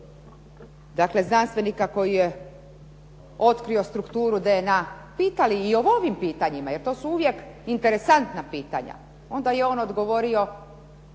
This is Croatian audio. dakle znanstvenika koji je otkrio strukturu DNA, pitali i o ovim pitanjima, jer to su uvijek interesantna pitanja, onda je on odgovorio,